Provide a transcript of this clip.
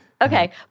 Okay